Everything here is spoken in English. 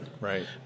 right